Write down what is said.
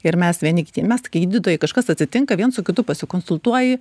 ir mes vieni kitiem mes gydytojai kažkas atsitinka viens su kitu pasikonsultuoji